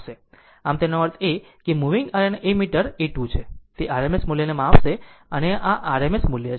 આમ તેનો અર્થ એ છે કે મુવીગ આર્યન એમીટર A 2 છે તે RMS મૂલ્યને માપશે અને આ r RMS મૂલ્ય છે